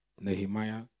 Nehemiah